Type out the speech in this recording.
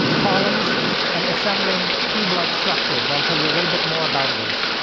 columns and assembling cube-like structures. i'll tell you a little bit more about this.